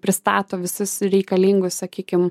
pristato visus reikalingus sakykim